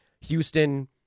Houston